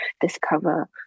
Discover